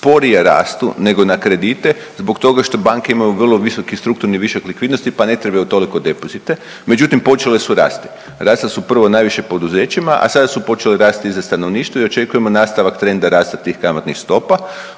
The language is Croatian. sporije rastu nego na kredite zbog toga što banke imaju vrlo visoki strukturni višak likvidnosti pa ne trebaju toliko depozite, međutim počele su rasti. Rasle su prvo najviše poduzećima, a sada su počele rasti i za stanovništvo i očekujemo nastavak trenda rasta tih kamatnih stopa.